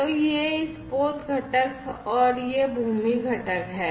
तो यह इस पोत घटक है और यह भूमि घटक है